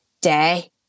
day